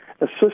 assist